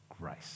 grace